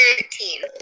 Thirteen